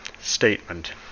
statement